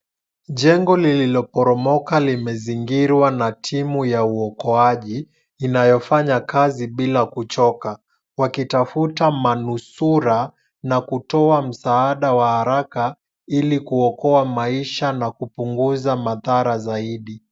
Jengo lililoporomoka, limezingirwa na timu ya uokoaji inayofanya kazi bila kuchoka. Wakitafuta manusura na kutoa msaada wa haraka, ili kuokoa maisha na kupunguza madhara zaidi.